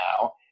now